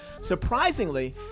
surprisingly